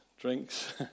drinks